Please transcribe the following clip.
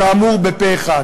כאמור, פה-אחד.